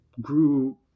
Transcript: grew